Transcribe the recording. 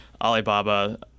Alibaba